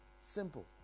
Simple